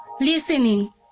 Listening